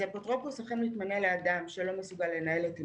אפוטרופוס אכן מתמנה לאדם שלא מסוגל לנהל את ענייניו,